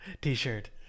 t-shirt